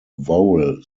vowel